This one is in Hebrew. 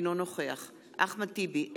אינו נוכח אחמד טיבי,